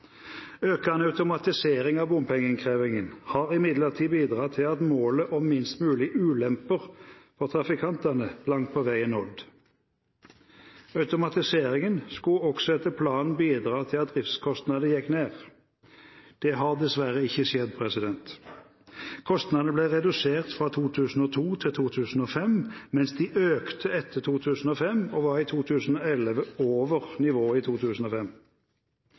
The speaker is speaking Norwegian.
Økende automatisering av bompengeinnkrevingen har imidlertid bidratt til at målet om minst mulig ulemper for trafikantene langt på vei er nådd. Automatiseringen skulle også etter planen bidra til at driftskostnadene gikk ned. Det har dessverre ikke skjedd. Kostnadene ble redusert fra 2002 til 2005, mens de økte etter 2005 og var i 2011 over nivået i 2005.